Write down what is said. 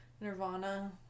nirvana